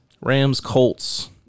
Rams-Colts